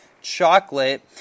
chocolate